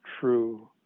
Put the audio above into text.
true